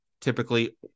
Typically